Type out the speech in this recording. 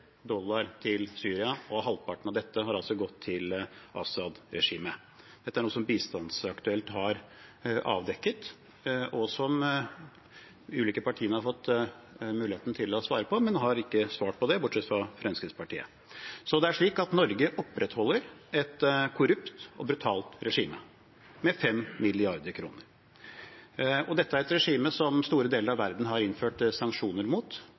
dollar til Syria, og halvparten av dette har altså gått til Assad-regimet. Dette er noe Bistandsaktuelt har avdekket, og som de ulike partiene har fått muligheten til å svare på, men ikke har svart på – bortsett fra Fremskrittspartiet. Så det er slik at Norge opprettholder et korrupt og brutalt regime med 5 mrd. kr. Dette er et regime som store deler av verden har innført sanksjoner mot,